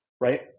right